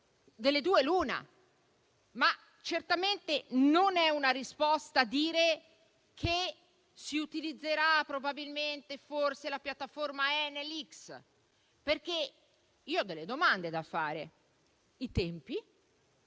delle due l'una. Ma certamente non è una risposta dire che si utilizzerà probabilmente la piattaforma Enel X. A tale proposito avrei delle domande da fare sui tempi,